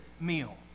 meal